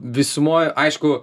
visumoj aišku